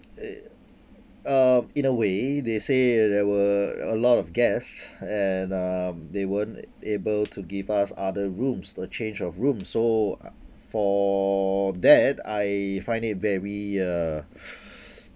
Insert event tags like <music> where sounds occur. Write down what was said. <noise> uh in a way they say there were a lot of guest and uh they weren't able to give us other rooms the change of room so uh for that I find it very uh <breath>